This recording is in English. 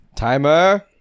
Timer